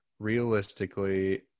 Realistically